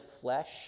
flesh